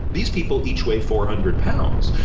these people each weigh four hundred pounds.